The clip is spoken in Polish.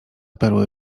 perły